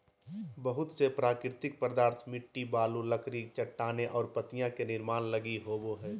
बहुत से प्राकृतिक पदार्थ मिट्टी, बालू, लकड़ी, चट्टानें और पत्तियाँ के निर्माण लगी होबो हइ